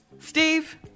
Steve